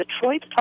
Detroit